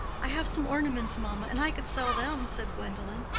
i have some ornaments, mamma, and i could sell them, said gwendolen.